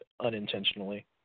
unintentionally